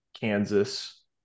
Kansas